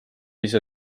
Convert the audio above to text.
ise